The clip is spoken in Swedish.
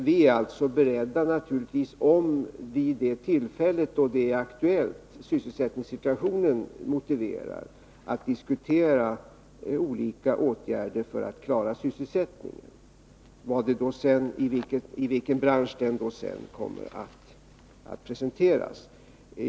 Vi är alltså beredda att vid det tillfälle då sysselsättningssituationen motiverar det diskutera olika åtgärder för att klara sysselsättningen. Då får vi se vilken bransch det kommer att gälla.